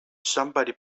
somebody